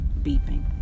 Beeping